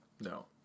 No